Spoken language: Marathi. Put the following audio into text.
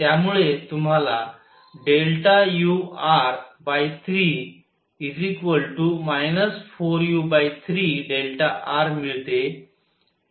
त्यामुळे तुम्हाला ur3 4u3rमिळते